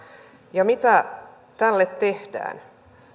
ja mitä tälle tehdään